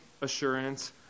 assurance